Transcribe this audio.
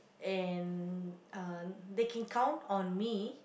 in uh they can count on me